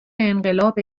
انقلاب